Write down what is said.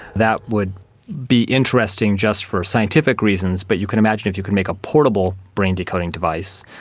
that would be interesting just for scientific reasons, but you can imagine if you can make a portable brain decoding device,